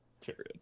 period